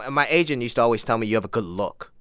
ah my agent used to always tell me, you have a good look.